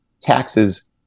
taxes